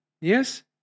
Yes